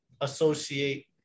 associate